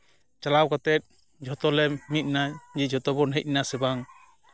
ᱪᱟᱞᱟᱣ ᱠᱟᱛᱮᱫ ᱡᱷᱚᱛᱚᱞᱮ ᱢᱤᱫᱱᱟ ᱱᱤᱭᱟᱹ ᱡᱷᱚᱛᱚ ᱵᱚᱱ ᱦᱮᱡ ᱱᱟ ᱥᱮ ᱵᱟᱝ